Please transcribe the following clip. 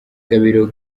gabiro